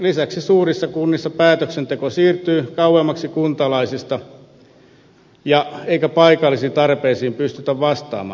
lisäksi suurissa kunnissa päätöksenteko siirtyy kauemmaksi kuntalaisista eikä paikallisiin tarpeisiin pystytä vastaamaan